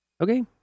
Okay